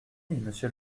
monsieur